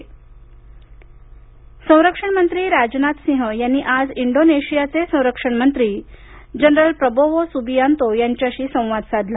Bharat Indonesia संरक्षण मंत्री राजनाथ सिंह यांनी आज इंडोनेशियाचे संरक्षण मंत्री जनरल प्रबोवो सुबियांतो यांच्याशी संवाद साधला